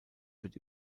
wird